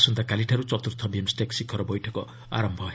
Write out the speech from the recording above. ଆସନ୍ତାକାଲିଠାରୁ ଚତୁର୍ଥ ବିମ୍ଷ୍ଟେକ୍ ଶିଖର ବୈଠକ ଆରମ୍ଭ ହେବ